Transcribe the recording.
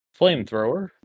flamethrower